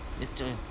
Mr